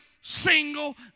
single